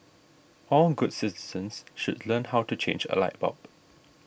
all good citizens should learn how to change a light bulb